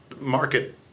market